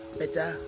better